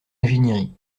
ingénierie